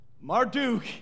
Marduk